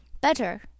Better